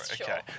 Okay